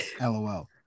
LOL